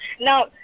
Now